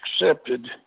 accepted